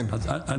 כן,